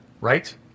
right